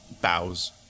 bows